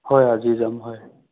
হয় আজিয়ে যাম হয়